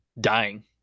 dying